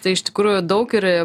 tai iš tikrųjų daug ir